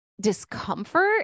discomfort